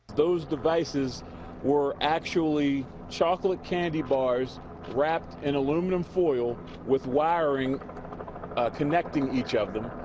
those devices were actually chocolate candy bars wrapped in aluminum foil with wiring connecting each of them.